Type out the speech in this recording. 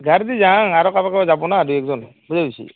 গাড়ী দি যাম আৰু কাবাই কাবাই যাব ন দুই একজন বুজি পাইছি